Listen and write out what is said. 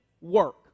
work